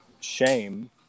shame